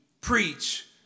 preach